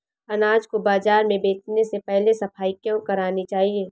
अनाज को बाजार में बेचने से पहले सफाई क्यो करानी चाहिए?